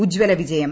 ഉജ്ജ്വല വിജയം